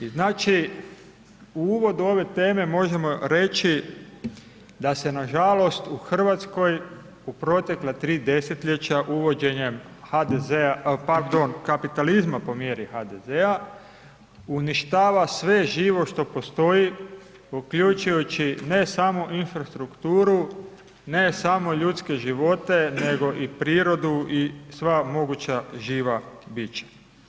I znači u uvodu ove teme možemo reći da se nažalost u Hrvatskoj u protekla 3 desetljeća uvođenjem HDZ-a, pardon, kapitalizma po mjeri HDZ-a, uništava sve živo što postoji uključujući ne samo infrastrukturu, ne samo ljudske živote nego i prirodu i sva moguća živa bića.